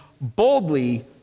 boldly